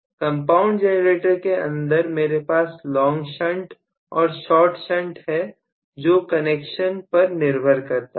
compound generator के अंदर मेरे पास लॉन्ग शंट और शार्ट शंट है जो कनेक्शंस पर निर्भर करता है